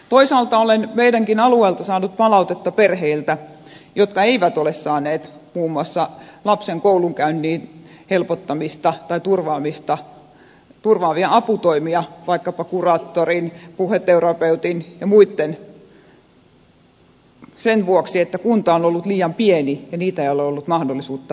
toisaalta olen meidänkin alueeltamme saanut palautetta perheiltä jotka eivät ole saaneet muun muassa lapsen koulunkäynnin helpottamista tai turvaamista turvaavia aputoimia vaikkapa kuraattorin puheterapeutin ja muitten sen vuoksi että kunta on ollut liian pieni ja niitä ei ole ollut mahdollisuutta saada